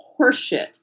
horseshit